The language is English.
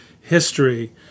history